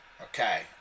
Okay